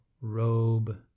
robe